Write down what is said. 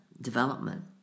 development